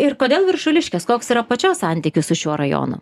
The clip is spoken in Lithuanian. ir kodėl viršuliškės koks yra pačios santykis su šiuo rajonu